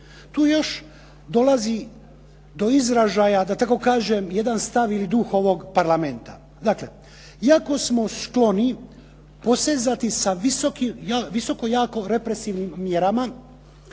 Tu još dolazi do izražaja da tako kažem jedan stav ili duh ovoga Parlamenta. Dakle, iako smo skloni posezati sa visoko jako represivnim mjerama